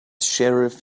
sheriff